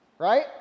Right